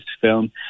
film